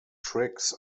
tricks